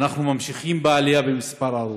ואנחנו ממשיכים בעלייה במספר ההרוגים.